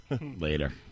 Later